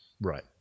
Right